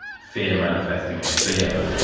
fear manifesting as fear